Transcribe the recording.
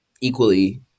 equally